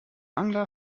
angler